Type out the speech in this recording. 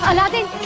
ah nothing.